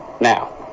Now